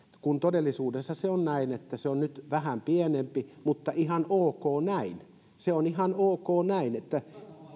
kun todellisuudessa se on näin että se on nyt vähän pienempi mutta ihan ok näin se on ihan ok näin